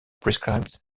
prescribed